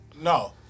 No